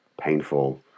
painful